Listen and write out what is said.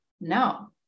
no